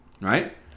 right